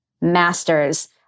master's